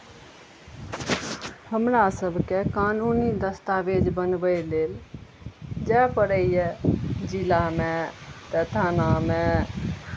हमरा सभके कानूनी दस्तावेज बनबै लेल जाय पड़ैए जिलामे तऽ थानामे